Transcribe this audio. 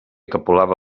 capolava